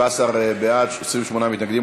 17 בעד, 28 מתנגדים.